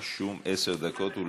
רשום עשר דקות.